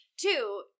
Two